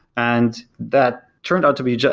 and that turned out to be,